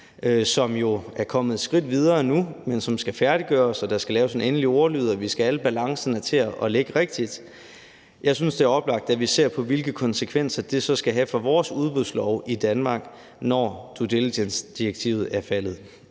jo er kommet et skridt videre nu, men som skal færdiggøres, og der skal laves en endelig ordlyd, og vi skal have alle balancerne til at ligge rigtigt. Jeg synes, det er oplagt, at vi ser på, hvilke konsekvenser det så skal have for vores udbudslove i Danmark, når due diligence-direktivet er faldet